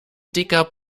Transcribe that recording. dicker